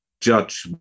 judge